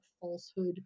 falsehood